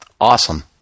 awesome